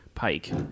Pike